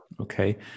okay